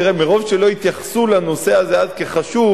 תראה, מרוב שלא התייחסו לנושא הזה אז כחשוב,